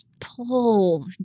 pull